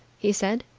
he said.